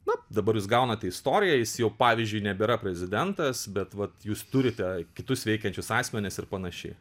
na dabar jūs gaunate istoriją jis jau pavyzdžiui nebėra prezidentas bet vat jūs turite kitus veikiančius asmenis ir panašiai